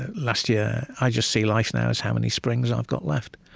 ah last year, i just see life now as how many springs i've got left.